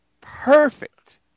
Perfect